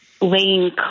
laying